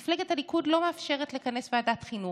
מפלגת הליכוד לא מאפשרת לכנס ועדת חינוך.